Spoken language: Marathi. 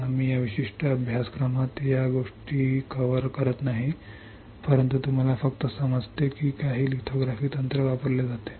आम्ही या विशिष्ट कोर्समध्ये या गोष्टींचा समावेश करत नाही परंतु आपण फक्त समजता की काही लिथोग्राफी तंत्र वापरले जाते